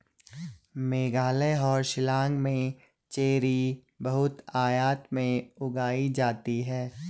मेघालय और शिलांग में चेरी बहुतायत में उगाई जाती है